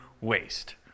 waste